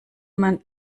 man